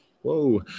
Whoa